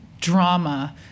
Drama